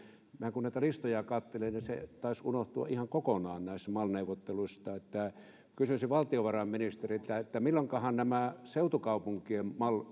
minä kun näitä listoja katselin niin se taisi unohtua ihan kokonaan näistä mal neuvotteluista kysyisin valtiovarainministeriltä milloinkahan nämä seutukaupunkien mal